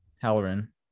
Halloran